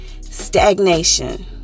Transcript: stagnation